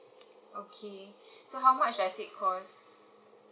okay so how much does it cost